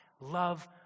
love